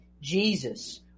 Jesus